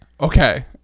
Okay